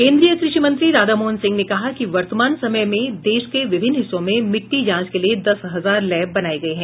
केन्द्रीय कृषि मंत्री राधामोहन सिंह ने कहा है कि वर्तमान समय में देश के विभिन्न हिस्सों में मिट्टी जांच के लिए दस हजार लैब बनाये गये हैं